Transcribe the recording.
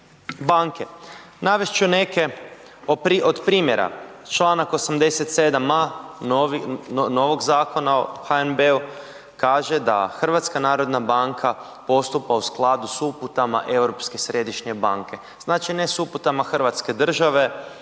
banke. Navest ću neke od primjera, čl. 87. a novog Zakona o HNB-u kaže da HNB postupa u skladu s uputama Europske središnje banke. Znači ne s uputama hrvatske države